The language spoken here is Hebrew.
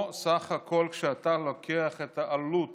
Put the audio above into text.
פה, בסך הכול, כשאתה לוקח את העלות